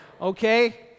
Okay